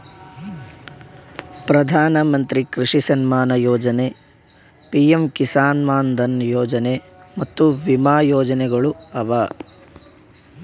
ಪ್ರಧಾನ ಮಂತ್ರಿ ಕೃಷಿ ಸಮ್ಮಾನ ಯೊಜನೆ, ಪಿಎಂ ಕಿಸಾನ್ ಮಾನ್ ಧನ್ ಯೊಜನೆ ಮತ್ತ ವಿಮಾ ಯೋಜನೆಗೊಳ್ ಅವಾ